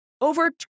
over